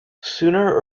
sooner